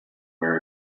wear